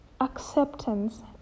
acceptance